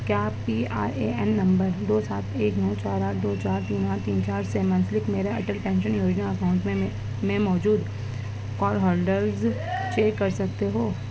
کیا P R A N number دو سات ایک نو چار آٹھ دو چار تین آٹھ تین چار سے منسلک میرا اٹل پینشن یوجنا اکاؤنٹ میں میں موجود آل ہولڈلز چیک کر سکتے ہو